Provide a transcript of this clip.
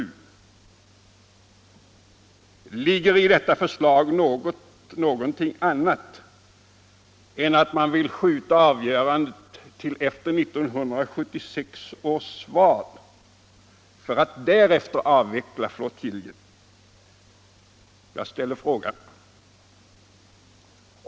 Jag ställer frågan: Ligger i detta förslag någonting annat än att man vill skjuta avgörandet till efter 1976 års val för att därefter avveckla flottiljen?